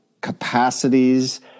capacities